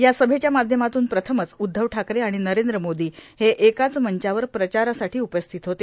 या सभेच्या माध्यमातून प्रथमच उद्धव ठाकरे आणि नरेंद्र मोदी हे एकाच मंचावर प्रचारासाठी उपस्थित होते